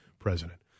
President